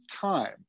time